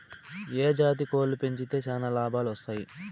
ఏ జాతి కోళ్లు పెంచితే చానా లాభాలు వస్తాయి?